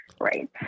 right